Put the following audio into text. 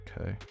okay